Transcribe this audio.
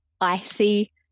icy